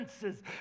senses